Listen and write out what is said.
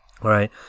right